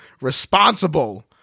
responsible